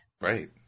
Right